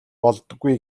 болдоггүй